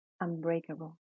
unbreakable